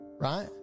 right